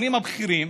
הבכירים,